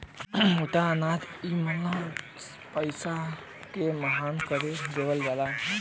मोटा अनाज इमिना पिस के महीन कर देवल जाला